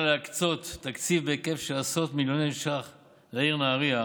להקצות תקציב בהיקף של עשרות מיליוני ש"ח לעיר נהריה